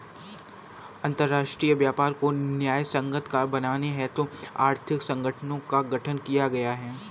अंतरराष्ट्रीय व्यापार को न्यायसंगत बनाने हेतु आर्थिक संगठनों का गठन किया गया है